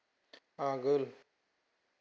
आगोल